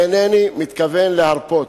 אינני מתכוון להרפות.